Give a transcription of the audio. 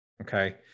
Okay